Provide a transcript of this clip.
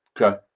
Okay